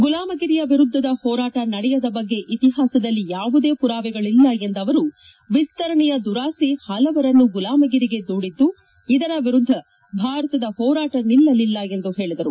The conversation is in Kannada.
ಗುಲಾಮಗಿರಿಯ ವಿರುದ್ದದ ಹೋರಾಟ ನಡೆಯದ ಬಗ್ಗೆ ಇತಿಹಾಸದಲ್ಲಿ ಯಾವುದೇ ಪುರಾವೆಗಳಲ್ಲ ಎಂದ ಅವರು ವಿಸ್ತರಣೆಯ ದುರಾಸೆ ಹಲವರನ್ನು ಗುಲಾಮಗಿರಿಗೆ ದೂಡಿದ್ದು ಇದರ ವಿರುದ್ದ ಭಾರತದ ಹೋರಾಟ ನಿಲ್ಲಲಿಲ್ಲ ಎಂದು ಹೇಳಿದರು